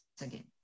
again